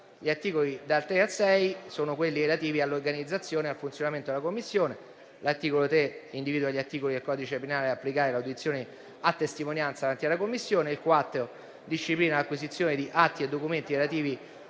Gli articoli da 3 a 6 sono quelli relativi all'organizzazione ed al funzionamento della Commissione. L'articolo 3 individua gli articoli del codice penale da applicare per le audizioni a testimonianza davanti alla Commissione. L'articolo 4 disciplina l'acquisizione di atti e documenti relativi